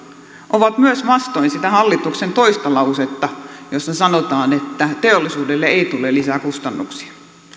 ovat myös vastoin sitä hallituksen toista lausetta jossa sanotaan että teollisuudelle ei tule lisää kustannuksia